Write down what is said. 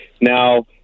Now